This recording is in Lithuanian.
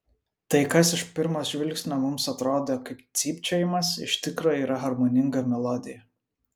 tai kas iš pirmo žvilgsnio mums atrodo kaip cypčiojimas iš tikro yra harmoninga melodija